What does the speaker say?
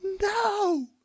No